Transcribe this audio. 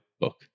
book